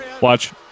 Watch